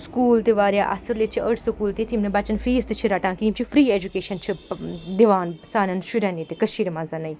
school تہِ واریاہ اَصٕل ییٚتہِ چھِ أڑۍ سکوٗل تِتھۍ یِم نہٕ بَچَن فیٖس تہِ چھِ رَٹان کِہیٖنۍ یِم چھِ فِرٛی اٮ۪جُکیشَن چھِ دِوان سانٮ۪ن شُرٮ۪ن ییٚتہِ کٔشیٖرِ منٛزَنٕے